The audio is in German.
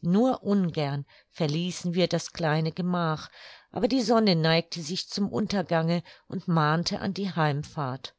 nur ungern verließen wir das kleine gemach aber die sonne neigte sich zum untergange und mahnte an die heimfahrt